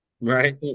Right